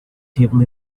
table